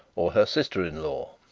or her sister-in-law.